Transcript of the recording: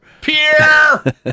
Pierre